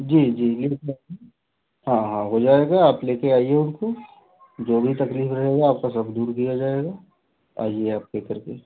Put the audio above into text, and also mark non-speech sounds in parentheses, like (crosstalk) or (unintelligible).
जी जी (unintelligible) हाँ हाँ हो जाएगा आप ले कर आइए उनको जो भी तकलीफ़ रहेगी आपकी सब दूर किया जाएगा आइए आप ले कर के